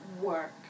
work